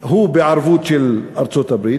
הוא בערבות של ארצות-הברית,